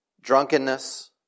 drunkenness